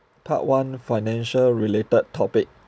part one financial related topic